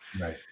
Right